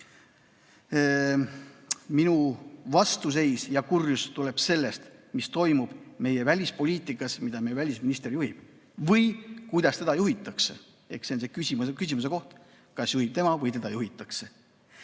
Minu vastuseis ja kurjus tuleb sellest, mis toimub meie välispoliitikas, mida välisminister juhib, või kuidas teda juhitakse. Eks see on küsimuse koht, kas juhib tema või teda juhitakse.